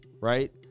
right